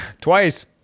twice